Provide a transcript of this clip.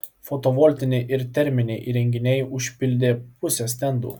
fotovoltiniai ir terminiai įrenginiai užpildė pusę stendų